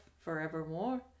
forevermore